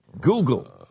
Google